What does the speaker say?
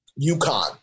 UConn